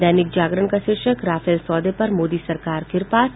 दैनिक जागरण का शीर्षक राफेल सौदे पर मोदी सरकार फिर पास